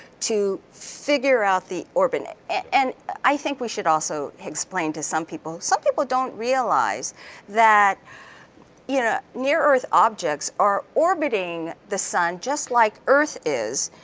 to figure out the orbit. and i think we should also explain to some people, some people don't realize that you know near earth objects are orbiting the sun just like earth is,